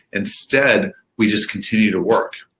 instead we just continue to work.